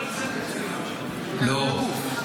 לא --- לא.